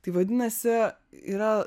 tai vadinasi yra